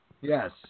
yes